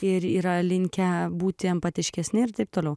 ir yra linkę būti empatiškesni ir taip toliau